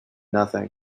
nothing